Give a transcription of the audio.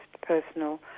personal